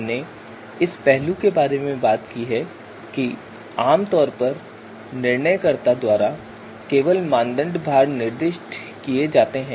हमने इस पहलू के बारे में बात की है कि आम तौर पर निर्णयकर्ता द्वारा केवल मानदंड भार निर्दिष्ट किए जाते हैं